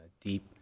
deep